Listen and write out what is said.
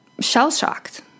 shell-shocked